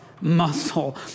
muscle